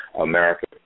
America